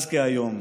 אז כהיום,